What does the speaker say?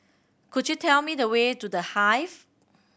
could you tell me the way to The Hive